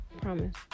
promise